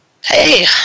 Hey